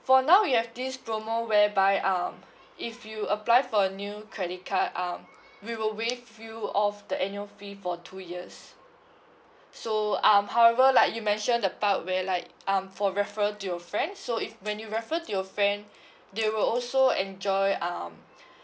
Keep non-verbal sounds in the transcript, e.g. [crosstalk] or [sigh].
for now we have this promo whereby um if you apply for a new credit card um we will waive you off the annual fee for two years so um however like you mentioned the part where like um for referral to your friends so if when you refer to your friend [breath] they will also enjoy um [breath]